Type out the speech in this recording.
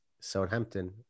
Southampton